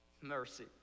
Mercy